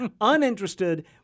Uninterested